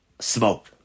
smoke